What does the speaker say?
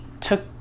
took